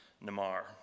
Namar